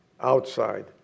outside